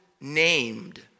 named